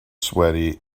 sweaty